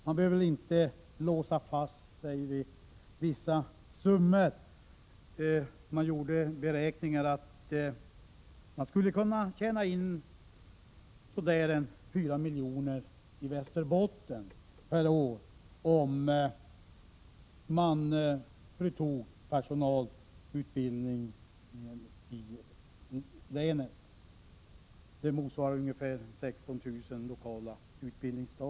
Vi behöver inte låsa fast oss vid vissa summor. Beräkningar visade att man skulle kunna tjäna in ca 4 milj.kr. per år i Västerbotten om man införde personalutbildning i länet. Det motsvarar ungefär 16 000 lokala utbildningsdagar.